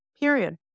Period